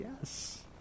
yes